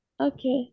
Okay